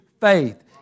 faith